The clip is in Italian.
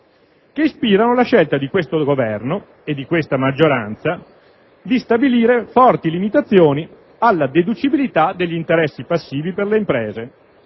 che ispirano la scelta di questo Governo e di questa maggioranza di stabilire forti limitazioni alla deducibilità degli interessi passivi per le imprese,